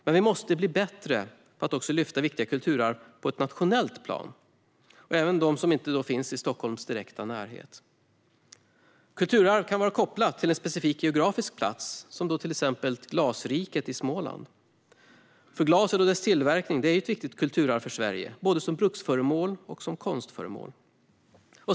Men vi måste bli bättre på att lyfta fram viktiga kulturarv också på ett nationellt plan - även de som inte finns i Stockholms direkta närhet. Kulturarv kan vara kopplade till en specifik geografisk plats såsom till exempel Glasriket i Småland. Glaset och dess tillverkning är ett viktigt kulturarv för Sverige, både som bruksföremål och som konstföremål.